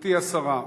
גברתי השרה,